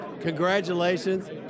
Congratulations